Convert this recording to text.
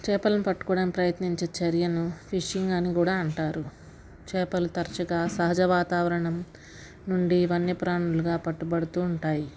చేపలను పట్టుకోడానికి ప్రయత్నించే చర్యను ఫిషింగ్ అని కూడా అంటారు చేపలు తరచుగా సహజ వాతావరణం నుండి వన్యప్రాణులుగా పట్టుబడుతూ ఉంటాయి